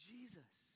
Jesus